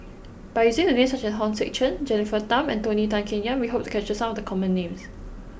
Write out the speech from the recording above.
by using names such as Hong Sek Chern Jennifer Tham and Tony Tan Keng Yam we hope to capture some of the common names